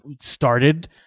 started